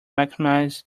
maximize